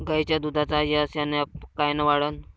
गायीच्या दुधाचा एस.एन.एफ कायनं वाढन?